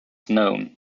known